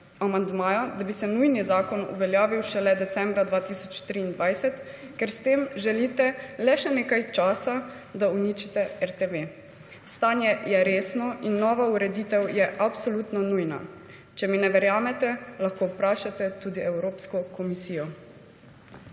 amandmaja, da bi se nujni zakon uveljavil šele decembra 2023, ker s tem želite le še nekaj časa, da uničite RTV. Stanje je resno in nova ureditev je absolutno nujna. Če mi ne verjamete, lahko vprašate tudi Evropsko komisijo.